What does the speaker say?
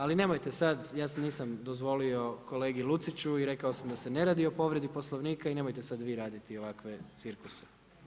Ali nemojte sada, ja nisam dozvolio kolegi Luciću i rekao sam da se ne radi o povredi Poslovnika i nemojte sada vi raditi ovakve cirkuse.